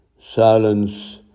Silence